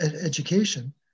education